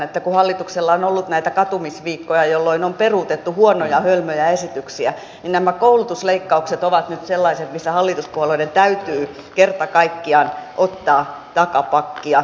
kun hallituksella on ollut näitä katumisviikkoja jolloin on peruutettu huonoja hölmöjä esityksiä niin nämä koulutusleikkaukset ovat nyt sellaiset missä hallituspuolueiden täytyy kerta kaikkiaan ottaa takapakkia